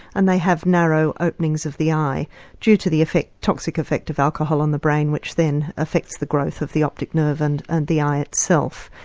and they have narrow openings of the eye due to the toxic effect of alcohol on the brain which then affects the growth of the optic nerve and and the eye itself.